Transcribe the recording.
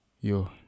Yo